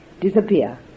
disappear